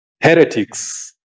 heretics